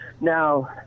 Now